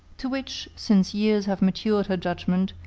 to which, since years have matured her judgment,